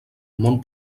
món